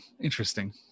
Interesting